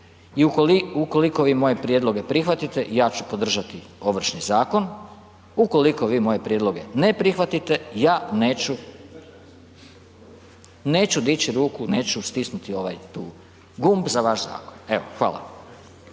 i ukoliko vi moje prijedloge prihvatite, ja ću podržati Ovršni zakon, ukoliko vi moje prijedloge ne prihvatite, ja neću dići ruku, neću stisnuti ovaj tu gumb za vaš zakon, evo, hvala.